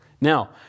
Now